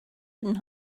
can